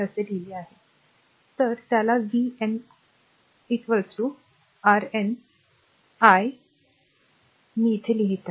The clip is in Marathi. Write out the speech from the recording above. त्या आर त्याला Vn काय म्हणतात हे Rn Rnआहे मी येथे Rn लिहित आहे